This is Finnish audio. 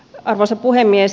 arvoisa puhemies